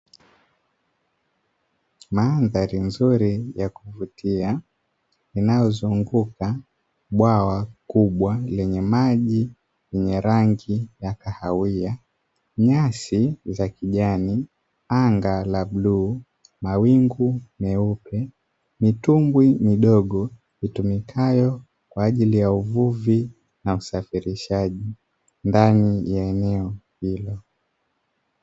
Madhari nzuri ya kuvutia inayozunguka bwawa kubwa lenye maji yenye rangi ya kahawia nyasi za kijani anga la bluu, mawingu meupe, mitumbwi midogo itumikayo kwa ajili ya uvuvi na usafirishaji ndani ya eneo hilo.